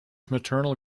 maternal